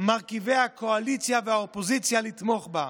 מרכיבי הקואליציה והאופוזיציה לתמוך בה.